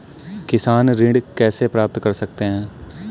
किसान ऋण कैसे प्राप्त कर सकते हैं?